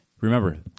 Remember